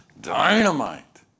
dynamite